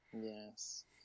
Yes